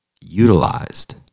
utilized